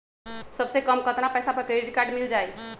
सबसे कम कतना पैसा पर क्रेडिट काड मिल जाई?